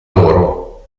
loro